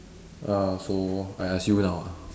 uh so I ask you now ah